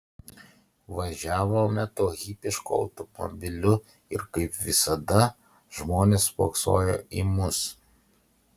važiavome tuo hipišku automobiliu ir kaip visada žmonės spoksojo į mus